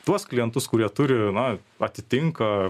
tuos klientus kurie turi na atitinka